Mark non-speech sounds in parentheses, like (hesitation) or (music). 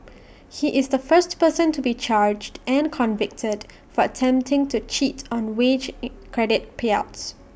he is the first person to be charged and convicted for attempting to cheat on wage (hesitation) credit payouts